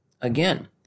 Again